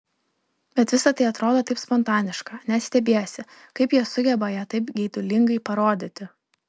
bet visa tai atrodo taip spontaniška net stebiesi kaip jie sugeba ją taip geidulingai parodyti